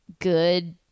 good